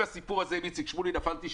בסיפור הזה עם איציק שמולי נפלתי,